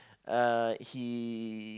uh he